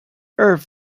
earth